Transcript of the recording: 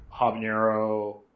habanero